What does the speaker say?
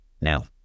now